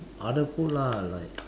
other food lah like